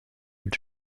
mit